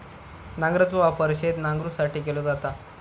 नांगराचो वापर शेत नांगरुसाठी केलो जाता